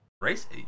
race